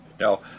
Now